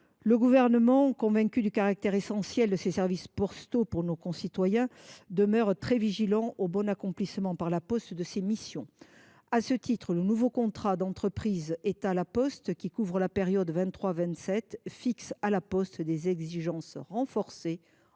Le Gouvernement, convaincu du caractère essentiel de ces services postaux pour nos concitoyens, demeure très vigilant quant à la bonne exécution par La Poste de ces missions. À cet égard, le nouveau contrat d’entreprise avec l’État, qui couvre la période 2023 2027, impose à La Poste des exigences renforcées